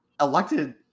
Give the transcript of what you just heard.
elected